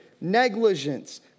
negligence